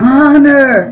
honor